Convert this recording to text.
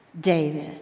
David